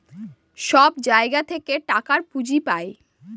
সব জায়গা থেকে টাকার পুঁজি পাই